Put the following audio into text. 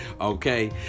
Okay